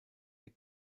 der